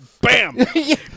bam